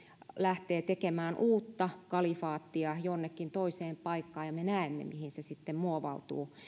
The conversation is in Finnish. lähtee tekemään uutta kalifaattia jonnekin toiseen paikkaan ja me näemme mihin se sitten muovautuu